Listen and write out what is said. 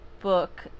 book